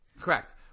Correct